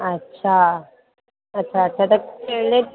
अच्छा अच्छा अच्छा त कहिड़े